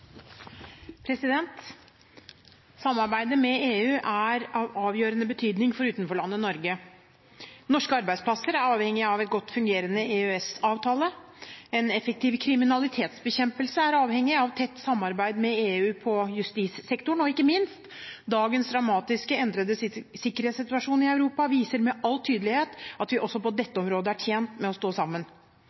av avgjørende betydning for utenforlandet Norge. Norske arbeidsplasser er avhengig av en godt fungerende EØS-avtale. En effektiv kriminalitetsbekjempelse er avhengig av tett samarbeid med EU på justissektoren, og – ikke minst – dagens dramatisk endrede sikkerhetssituasjon i Europa viser med all tydelighet at vi også på dette området er tjent med å stå sammen.